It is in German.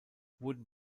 wurden